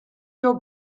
your